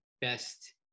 best